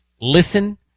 Listen